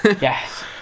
Yes